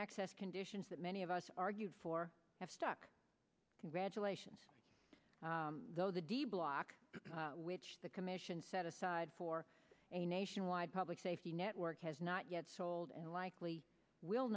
access conditions that many of us argued for have stuck congratulations though the d block which the commission set aside for a nationwide public safety network has not yet sold and likely will